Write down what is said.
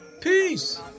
Peace